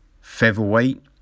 featherweight